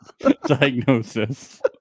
diagnosis